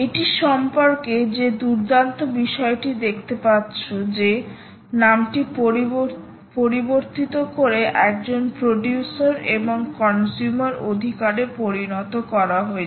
এটি সম্পর্কে যে দুর্দান্ত বিষয়টি দেখতে পাচ্ছো যে নামটি পরিবর্তিত করে একজন প্রোডিউসার এবং কনসিউমার অধিকারে পরিণত করা হয়েছে